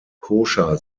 koscher